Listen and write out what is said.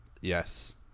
Yes